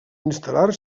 instal·lar